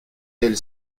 elle